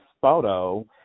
photo